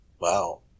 wow